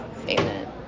statement